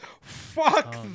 Fuck